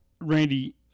Randy